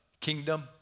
Kingdom